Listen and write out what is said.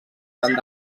tant